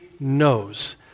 knows